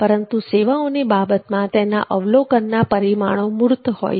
પરંતુ સેવાઓની બાબતમાં તેના અવલોકનના પરિમાણો મૂર્ત હોય છે